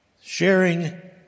sharing